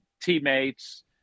teammates